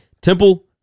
Temple